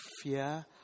fear